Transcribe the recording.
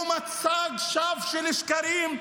הוא מצג שווא של השקרים,